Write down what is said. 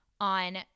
on